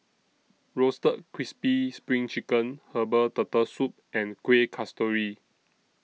Roasted Crispy SPRING Chicken Herbal Turtle Soup and Kueh Kasturi